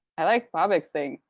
i like bobak's thing.